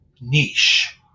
niche